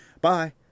bye